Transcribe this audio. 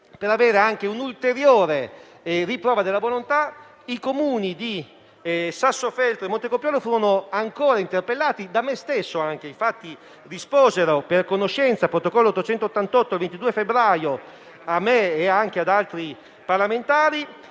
Per avere anche un'ulteriore riprova della loro volontà, i Comuni di Sassofeltrio e Montecopiolo furono ancora interpellati, anche da me stesso e infatti risposero - per conoscenza: protocollo 888 del 22 febbraio - a me e anche ad altri parlamentari